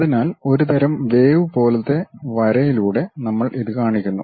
അതിനാൽ ഒരു തരം വേവ് പോലത്തെ വരയിലൂടെ നമ്മൾ ഇത് കാണിക്കുന്നു